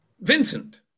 Vincent